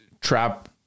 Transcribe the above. trap